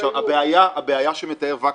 הבעיה שמתאר וקנין,